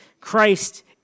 Christ